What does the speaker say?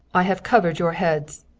i have covered your heads,